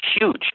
huge